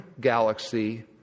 galaxy